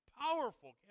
powerful